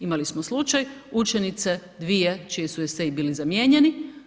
Imali smo slučaj učenice dvije čiji su eseji bili zamijenjeni.